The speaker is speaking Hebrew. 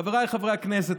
חבריי חברי הכנסת,